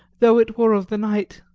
though it were of the night.